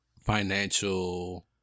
financial